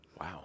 Wow